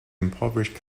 impoverished